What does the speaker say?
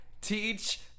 teach